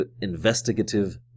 investigative